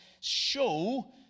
show